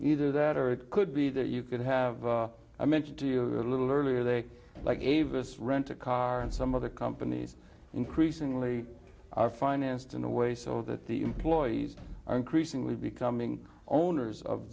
either that or it could be that you could have i mentioned to you a little earlier they like avis rent a car and some other companies increasingly are financed in a way so that the employees are increasingly becoming owners of